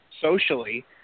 socially